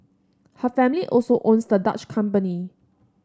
her family also owns the Dutch company